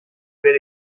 per